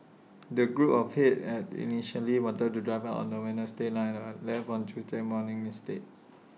the group of eight had initially wanted to drive up on the Wednesday night left on Thursday morning instead